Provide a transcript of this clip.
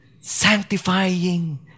sanctifying